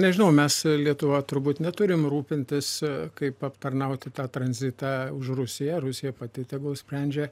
nežinau mes lietuva turbūt neturim rūpintasi kaip aptarnauti tą tranzitą už rusiją rusija pati tegul sprendžia